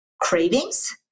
cravings